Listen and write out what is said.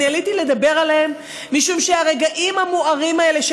עליתי לדבר עליהם משום שהרגעים המוארים האלה של